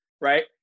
right